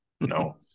No